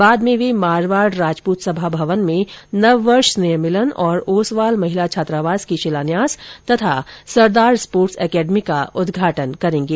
बाद में वे मारवाड़ राजपूत सभा भवन में नव वर्ष स्नेह मिलन और ओसवाल महिला छात्रावास के शिलान्यास तथा सरदार स्पोर्ट्स एकेडमी का उद्घाटन करेंगे